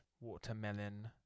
watermelon